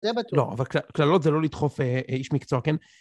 דבק לא. אבל קללות זה לא לדחוף איש מקצוע, כן?